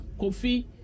Kofi